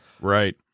Right